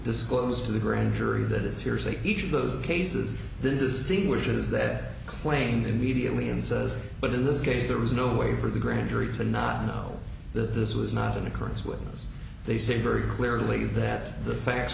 disclose to the grand jury that it's hearsay each of those cases then distinguishes that claim immediately and says but in this case there was no way for the grand jury to not know that this was not an occurrence with as they say very clearly that the facts